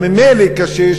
הממילא-קשה,